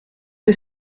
que